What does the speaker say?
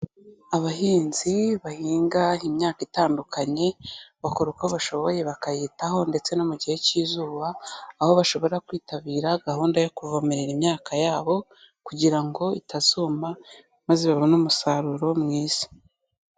Abahinzi bahinga imyaka itandukanye, bakora uko bashoboye bakayitaho ndetse no mu gihe cy'izuba, aho bashobora kwitabira gahunda yo kuvomerera imyaka yabo, kugira ngo itazuma, maze babone umusaruro mwiza.